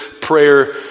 prayer